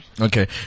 Okay